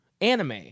anime